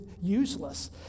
useless